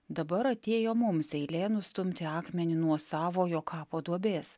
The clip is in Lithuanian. dabar atėjo mums eilė nustumti akmenį nuo savojo kapo duobės